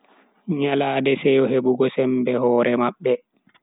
Nyalande seyo hebugo sembe hore mabbe.